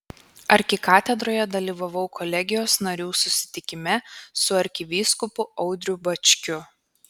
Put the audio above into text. arkikatedroje dalyvavau kolegijos narių susitikime su arkivyskupu audriu bačkiu